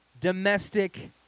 Domestic